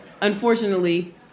unfortunately